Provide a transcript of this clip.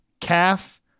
Calf